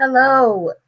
Hello